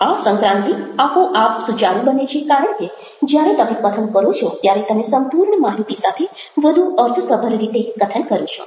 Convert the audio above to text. આ સંક્રાંતિ આપોઆપ સુચારુ બને છે કારણ કે જ્યારે તમે કથન કરો છો ત્યારે તમે સંપૂર્ણ માહિતી સાથે વધુ અર્થસભર રીતે કથન કરો છો